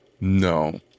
No